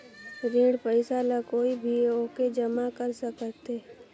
ऋण पईसा ला कोई भी आके जमा कर सकथे?